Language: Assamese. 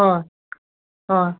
হয় হয়